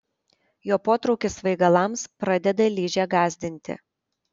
jo potraukis svaigalams pradeda ližę gąsdinti